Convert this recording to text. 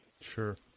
Sure